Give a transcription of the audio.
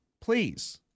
please